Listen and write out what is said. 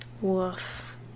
Woof